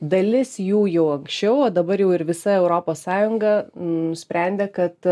dalis jų jau anksčiau o dabar jau ir visa europos sąjunga nusprendė kad